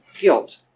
guilt